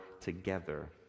together